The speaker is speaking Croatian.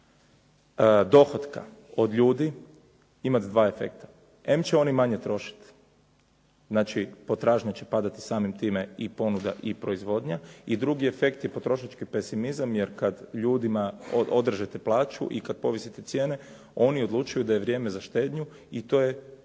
dohotka od ljudi imati 2 efekta. Em će oni manje trošit, znači potražnja će padati samim time i ponuda i proizvodnja. I drugi efekt je potrošački pesimizam jer kad ljudima odrežete plaću i kad povisite cijene, oni odlučuju da je vrijeme za štednju i to je